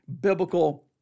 biblical